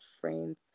friends